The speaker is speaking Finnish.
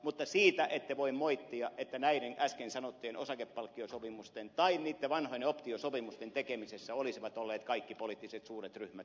tästä ette voi moittia että näiden äsken sanottujen osakepalkkiosopimusten tai niitten vanhojen optiosopimusten tekemisessä olisivat olleet kaikki poliittiset suuret ryhmät